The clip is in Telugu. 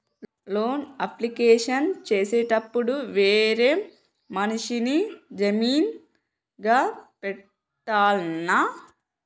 లోన్ అప్లికేషన్ చేసేటప్పుడు వేరే మనిషిని జామీన్ గా పెట్టాల్నా?